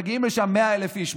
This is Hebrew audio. מגיעים לשם 100,000 איש,